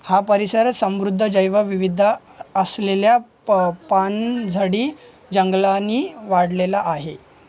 हा परिसर समृद्ध जैवविविधता असलेल्या प पानझडी जंगलांनी वाढलेला आहे